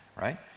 right